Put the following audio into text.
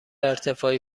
ارتفاعی